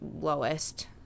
lowest